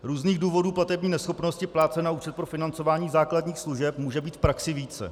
Různých důvodů platební neschopnosti plátce na účet pro financování základních služeb může být v praxi více.